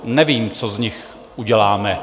Nevím, co z nich uděláme.